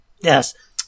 Yes